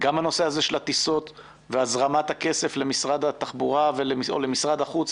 גם הנושא הזה של הטיסות והזרמת הכסף למשרד התחבורה או למשרד החוץ,